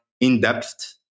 in-depth